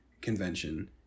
convention